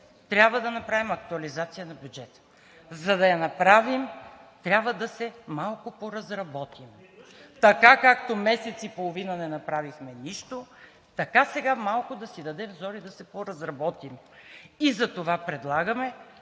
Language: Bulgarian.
трябва да направим актуализация на бюджета, за да я направим, трябва малко да се поразработим, така както месец и половина не направихме нищо, така сега малко да си дадем зор и да се поразработим. И затова предлагаме